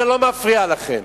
זה לא מפריע לכם.